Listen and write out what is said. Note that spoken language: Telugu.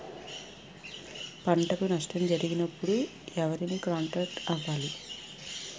పంటకు నష్టం జరిగినప్పుడు ఎవరిని కాంటాక్ట్ అవ్వాలి?